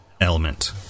element